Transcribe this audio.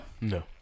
no